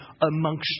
amongst